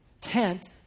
tent